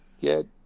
Good